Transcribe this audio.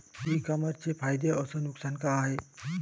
इ कामर्सचे फायदे अस नुकसान का हाये